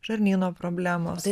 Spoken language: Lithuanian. žarnyno problemos